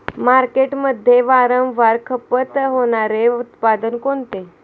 मार्केटमध्ये वारंवार खपत होणारे उत्पादन कोणते?